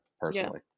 personally